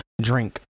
drink